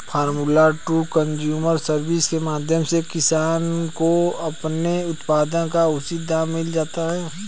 farmer to consumer service के माध्यम से किसानों को अपने उत्पाद का उचित दाम मिल जाता है